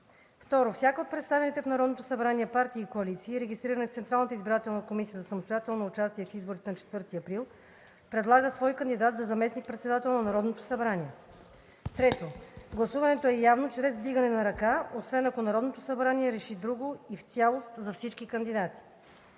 г. 2. Всяка от представените в Народното събрание партии и коалиции, регистрирани в Централната избирателна комисия за самостоятелно участие в изборите на 4 април, предлага свой кандидат за заместник-председател на Народното събрание. 3. Гласуването е явно чрез вдигане на ръка, освен ако Народното събрание реши друго, изцяло за всички кандидати.